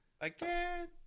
again